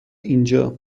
اینجا